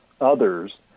others